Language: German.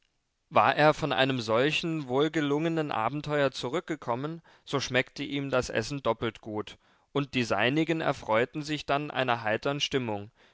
war er von einem solchen wohlgelungenen abenteuer zurückgekommen so schmeckte ihm das essen doppelt gut und die seinigen erfreuten sich dann einer heitern stimmung